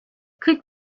could